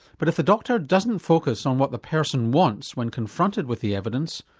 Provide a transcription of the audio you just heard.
but if a doctor doesn't focus on what the person wants when confronted with the evidence,